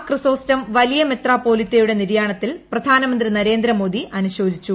ക്രിസോസ്റ്റം വലിയ മെത്രാപ്പോലിത്തയുടെ നിര്യാണത്തിൽ പ്രധാനമന്ത്രി നരേന്ദ്ര മോദി അനുശോചിച്ചു